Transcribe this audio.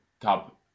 top